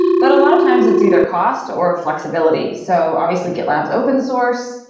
but a lot of times it's either cost, or flexibility. so obviously, gitlab is open source.